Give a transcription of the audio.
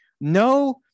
No